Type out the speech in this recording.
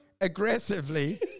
aggressively